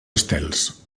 estels